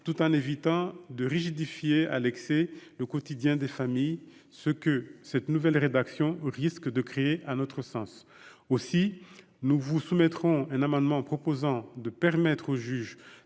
tout en évitant de rigidifier à l'excès le quotidien des familles, ce que, à notre sens, cette nouvelle rédaction risque de provoquer. Aussi, nous vous soumettrons un amendement proposant de permettre au juge